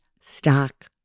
stock